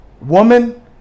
Woman